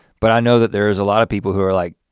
but i know that there's a lot of people who are like,